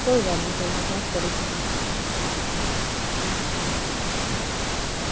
कोई गल्ल निं कोई गल्ल निं अस करी ओड़गे